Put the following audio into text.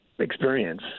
experience